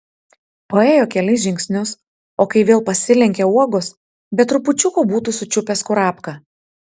paėjo kelis žingsnius o kai vėl pasilenkė uogos be trupučiuko būtų sučiupęs kurapką